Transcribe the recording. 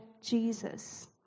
Jesus